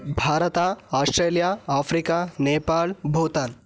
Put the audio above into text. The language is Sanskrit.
भारतम् आस्ट्रेलिया आफ़्रिका नेपाळ् भूतान्